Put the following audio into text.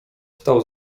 stał